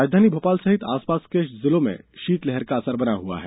मौसम राजधानी भोपाल सहित आसपास के जिलों में शीतलहर का असर बना हुआ है